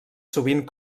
sovint